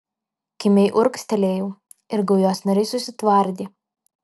kimiai urgztelėjau ir gaujos nariai susitvardė